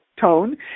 tone